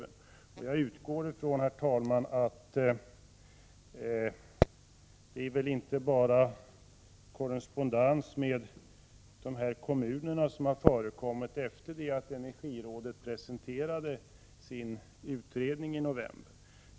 Herr talman! Jag utgår ifrån att det inte bara är korrespondens med dessa kommuner som har förekommit efter det att energirådet presenterade sin utredning i november.